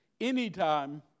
anytime